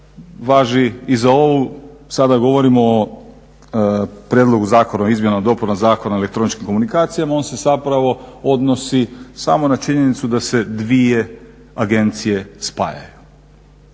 važi i za ovu, sada govorimo o Prijedlogu zakona o izmjenama i dopunama zakona o elektroničkim komunikacijama, on se zapravo odnosi samo na činjenicu da se dvije agencije spajaju.